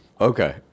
Okay